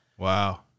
Wow